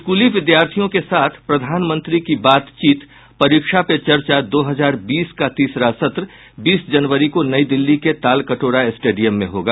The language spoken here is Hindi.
स्कूली विद्यार्थियों के साथ प्रधानमंत्री की बातचीत परीक्षा पे चर्चा दो हजार बीस का तीसरा सत्र बीस जनवरी को नई दिल्ली के तालकटोरा स्टेडियम में होगा